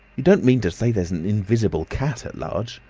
you don't mean to say there's an invisible cat at large!